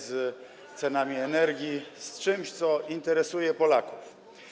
z cenami energii, z czymś, co interesuje Polaków.